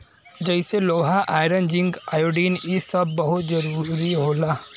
जइसे लोहा iron zinc iodine इ सब बहुत जरूरी होला